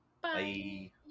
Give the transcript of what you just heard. Bye